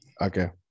Okay